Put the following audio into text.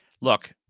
Look